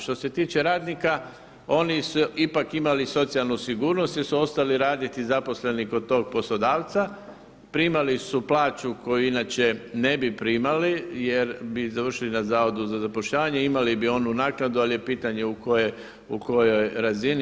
Što se tiče radnika oni su ipak imali socijalnu sigurnost jer su ostali raditi zaposleni kod tog poslodavca, primali su plaću koju inače ne bi primali jer bi završili na Zavodu za zapošljavanje, imali bi onu naknadu, ali je pitanje u kojoj razini.